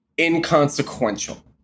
Inconsequential